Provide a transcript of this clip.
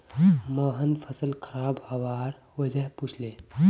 मोहन फसल खराब हबार वजह पुछले